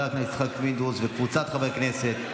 הכנסת יצחק פינדרוס וקבוצת חברי כנסת.